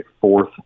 fourth